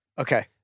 okay